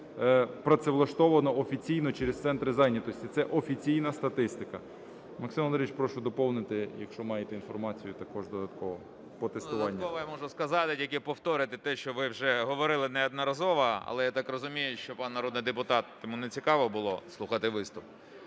працевлаштовані офіційно через центри зайнятості. Це офіційна статистика. Максим Володимирович, прошу доповнити, якщо маєте інформацію також додатково по тестуванню. 11:00:31 СТЕПАНОВ М.В. Додатково я можу сказати, тільки повторити те, що ви вже говорили неодноразово, але, я так розумію, що пан - народний депутат, йому не цікаво було слухати виступ.